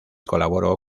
colaboró